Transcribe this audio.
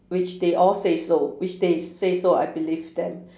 which they all say so which they say so I believe them